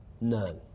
none